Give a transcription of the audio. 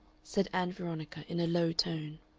said ann veronica in a low tone.